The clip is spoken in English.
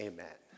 Amen